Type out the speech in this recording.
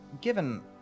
given